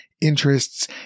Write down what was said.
interests